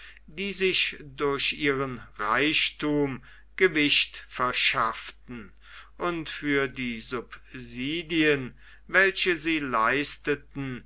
die sich durch ihren reichthum gewicht verschafften und für die subsidien welche sie leisteten